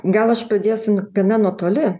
gal aš pradėsiu nuktai na nuo toli